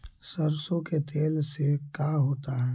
सरसों के तेल से का होता है?